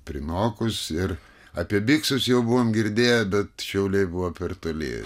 prinokus ir apie biksus jau buvom girdėję bet šiauliai buvo per toli